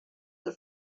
the